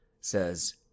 says